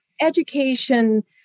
education